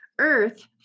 Earth